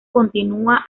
continúa